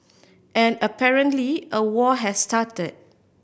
and apparently a war has started